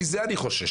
מזה אני חושש,